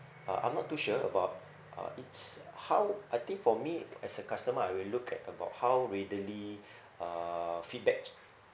uh I'm not too sure about uh it's how I think for me as a customer I will look at about how readily uh feedback